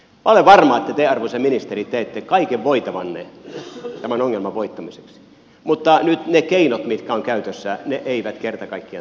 olen varma että te arvoisa ministeri teette kaiken voitavanne tämän ongelman voittamiseksi mutta nyt ne keinot mitkä ovat käytössä eivät kerta kaikkiaan tepsi